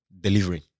delivering